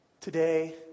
Today